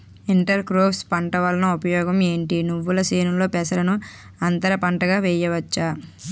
Inter crops పంట వలన ఉపయోగం ఏమిటి? నువ్వుల చేనులో పెసరను అంతర పంటగా వేయవచ్చా?